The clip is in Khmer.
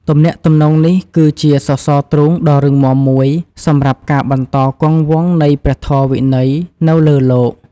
ទំនាក់ទំនងនេះគឺជាសសរទ្រូងដ៏រឹងមាំមួយសម្រាប់ការបន្តគង់វង្សនៃព្រះធម៌វិន័យនៅលើលោក។